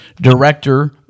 director